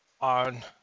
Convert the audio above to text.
on